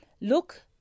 look